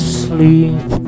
sleep